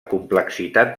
complexitat